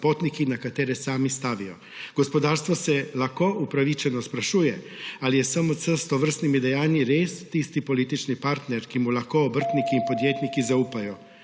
na katere sami stavijo. Gospodarstvo se lahko upravičeno sprašuje, ali je SMC s tovrstnimi dejanji res tisti politični partner, ki mu lahko obrtniki in podjetniki zaupajo.